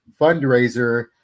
fundraiser